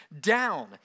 down